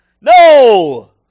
No